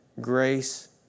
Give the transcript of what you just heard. Grace